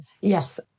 Yes